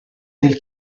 del